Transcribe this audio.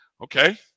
okay